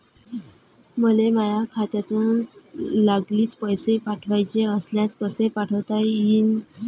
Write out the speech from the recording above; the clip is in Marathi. मले माह्या खात्यातून लागलीच पैसे पाठवाचे असल्यास कसे पाठोता यीन?